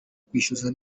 kwishyuza